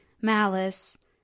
malice